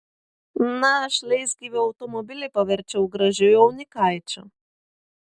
na aš leisgyvį automobilį paverčiau gražiu jaunikaičiu